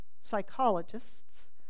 psychologists